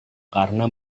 karena